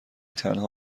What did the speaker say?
تنها